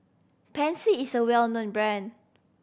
Pansy is a well known brand